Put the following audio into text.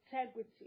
integrity